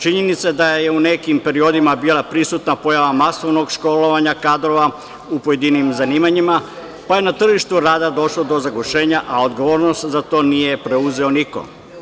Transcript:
Činjenica je da u nekim periodima bila prisutna pojava masovnog školovanja kadrova u pojedinim zanimanjima, pa je na tržištu rada došlo do zagušenja, a odgovornost za to nije preuzeo niko.